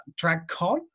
DragCon